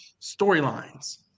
storylines